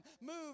move